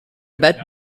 bad